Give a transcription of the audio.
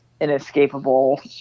inescapable